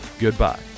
Goodbye